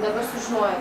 dabar sužinojo